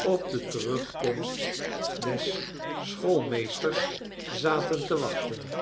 op de terugkomst des schoolmeesters zaten te wachten